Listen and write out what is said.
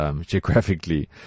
geographically